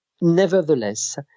nevertheless